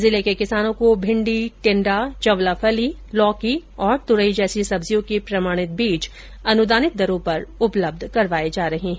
जिले के किसानों को भिंडी टिंडा चंवलाफली लौकी और तुरई जैसी सब्जियों के प्रमाणित बीज अनुदानित दरों पर उपलब्ध करवाए जा रहे हैं